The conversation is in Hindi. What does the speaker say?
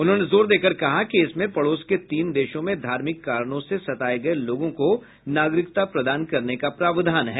उन्होंने जोर देकर कहा कि इसमें पड़ोस के तीन देशों में धार्मिक कारणों से सताये गये लोगों को नागरिकता प्रदान करने का प्रावधान है